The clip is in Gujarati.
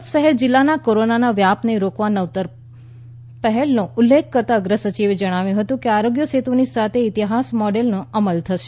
સુરત શહેર જિલ્લામાં કોરોનાના વ્યાપને રોકવા નવતર પહેલનો ઉલ્લેખ કરતાં અગ્રસચિવે જણાવ્યું હતું કે આરોગ્ય સેતુની સાથે ઇતિહાસ મોડેલનો અમલ થશે